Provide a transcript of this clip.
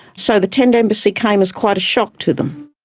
so the tent embassy came as quite a shock to them.